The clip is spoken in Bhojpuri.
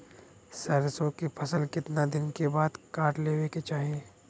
सरसो के फसल कितना दिन के बाद काट लेवे के चाही?